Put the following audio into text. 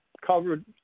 covered